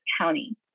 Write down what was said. County